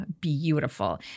beautiful